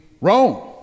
Rome